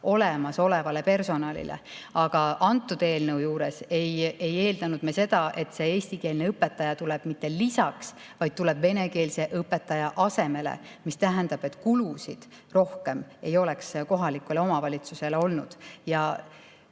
olemasolevale personalile. Aga selle eelnõu puhul ei eeldanud me seda, et eestikeelne õpetaja tuleb lisaks, vaid et ta tuleb venekeelse õpetaja asemele. See tähendab, et kulusid rohkem ei oleks kohalikule omavalitsusele tekkinud.